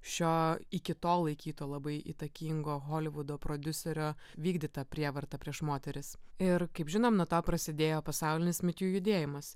šio iki tol laikyto labai įtakingo holivudo prodiuserio vykdytą prievartą prieš moteris ir kaip žinom nuo to prasidėjo pasaulinis me too judėjimas